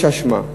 יש אשמה.